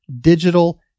digital